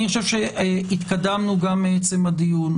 אני חושב שהתקדמנו גם מעצם הדיון.